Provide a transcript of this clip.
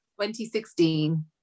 2016